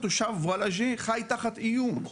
תושב וולאג'ה חי תחת איום,